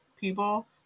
people